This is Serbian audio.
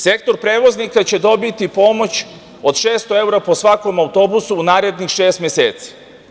Sektor prevoznika će dobiti pomoć od 600 evra po svakom autobusu u narednih šest meseci.